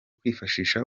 kwifashisha